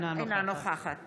אינה נוכחת